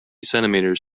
centimeters